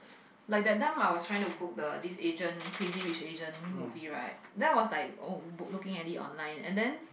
like that time I was trying to book the this Asians Crazy Rich Asians movie right then was like oh booked already online and then